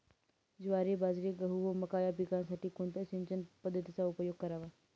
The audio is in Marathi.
ज्वारी, बाजरी, गहू व मका या पिकांसाठी कोणत्या सिंचन पद्धतीचा उपयोग करावा?